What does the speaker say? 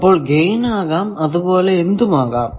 അത് ഗൈൻ ആകാം അതുപോലെ എന്തും ആകാം